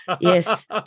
Yes